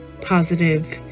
positive